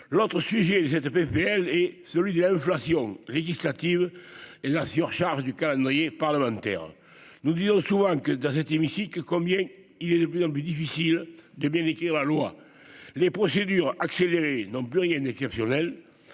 l'autre sujet cette PPL et celui de l'inflation législative et la surcharge du calendrier parlementaire, nous dit souvent que dans cet hémicycle, combien il est de plus en plus difficile de bien écrire la loi les procédures accélérées donc plus rien exceptionnelle